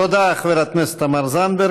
תודה, חברת הכנסת תמר זנדברג.